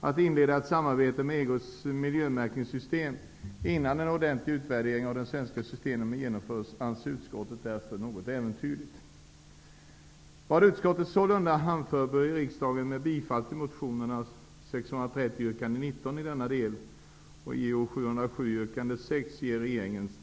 Att inleda ett samarbete med EG:s miljömärkningssystem innan en ordentlig utvärdering av det svenska systemet genomförts anser utskottet därför vara något äventyrligt.